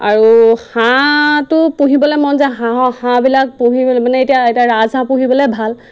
আৰু হাঁহটো পুহিবলৈ মন যায় হাঁহৰ হাঁহবিলাক পুহিবলৈ মানে এতিয়া এতিয়া ৰাজ হাঁহ পুহিবলৈ ভাল